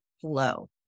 flow